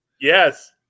Yes